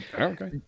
Okay